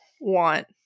want